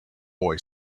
boy